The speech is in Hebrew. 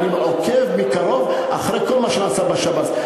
ואני עוקב מקרוב אחרי כל מה שנעשה בשב"ס,